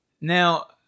Now